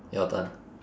your turn